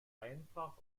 einfach